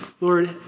Lord